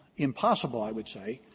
impossible, i would say,